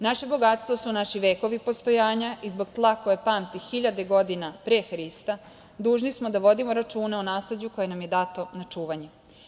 Naše bogatstvo su naši vekovi postojanja i zbog tla koje pamti 1000 godina pre Hrista, dužni smo da vodimo računa o nasleđu koje nam je dato na čuvanje.